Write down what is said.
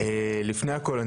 לפני הכול,